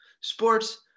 sports